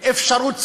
אפשרות סבירה.